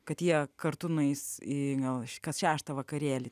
kad jie kartu nueis į gal kas šeštą vakarėlį